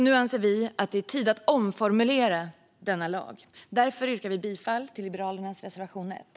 Nu anser vi att det är tid att omformulera denna lag. Därför yrkar jag bifall till Liberalernas reservation 1.